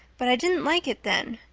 but i didn't like it then.